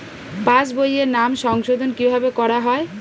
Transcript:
পাশ বইয়ে নাম সংশোধন কিভাবে করা হয়?